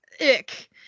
Ick